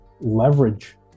leverage